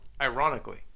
ironically